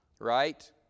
Right